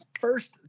first